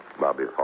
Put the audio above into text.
Bobby